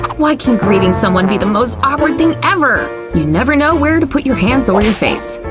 why can greeting someone be the most awkward thing ever? you never know where to put your hands or your face.